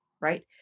right